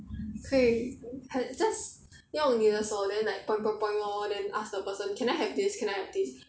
可以很 just 用你的手 then like point point point lor then ask the person can I have this can I have this